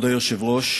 כבוד היושב-ראש,